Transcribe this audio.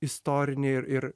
istorinį ir ir